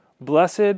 Blessed